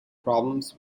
problems